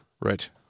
Right